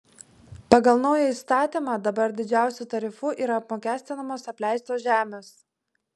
pagal naują įstatymą dabar didžiausiu tarifu yra apmokestinamos apleistos žemės